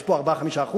יש פה 4% 5%,